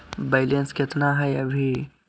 Balance केतना हय अभी?